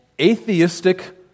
Atheistic